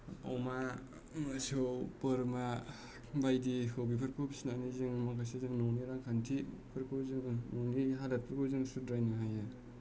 अमा मोसौ बोरमा बायदिखौ बेफोरखौ फिसिनानै जोङो जों न'नि रांखान्थिफोरखौ जोङो न'नि हालोदफोरखौ जोङो सुद्रायनो हायो